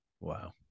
Wow